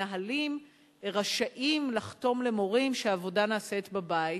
שמנהלים רשאים לחתום למורים שהעבודה נעשית בבית.